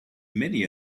many